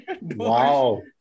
Wow